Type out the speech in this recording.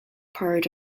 part